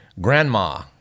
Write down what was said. Grandma